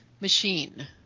machine